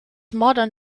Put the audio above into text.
modern